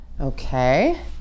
Okay